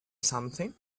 something